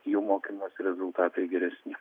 jų mokymosi rezultatai geresni